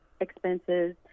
expenses